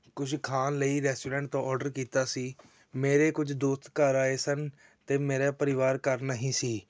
ਕੁਝ ਖਾਣ ਲਈ ਰੈਸਟੋਰੈਂਟ ਤੋਂ ਔਡਰ ਕੀਤਾ ਸੀ ਮੇਰੇ ਕੁਝ ਦੋਸਤ ਘਰ ਆਏ ਸਨ ਅਤੇ ਮੇਰਾ ਪਰਿਵਾਰ ਘਰ ਨਹੀਂ ਸੀ